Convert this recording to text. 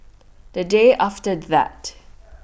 The Day after that